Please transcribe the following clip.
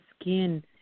skin